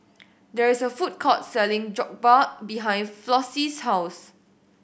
there is a food court selling Jokbal behind Flossie's house